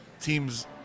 teams